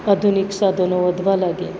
આધુનિક સાધનો વધવા લાગ્યા